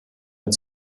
mit